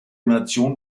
nation